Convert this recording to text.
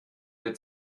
der